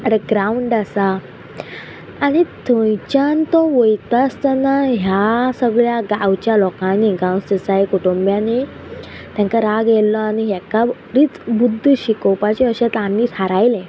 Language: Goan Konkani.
ग्रावंड आसा आनी थंयच्यान तो वोयता आसतना ह्या सगळ्या गांवच्या लोकांनी गांवस देसाय कुटुंब्यांनी तांकां राग येयल्लो आनी हाका बरीच बुद्ध शिकोवपाचें अशें तांणी थारायले